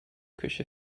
küche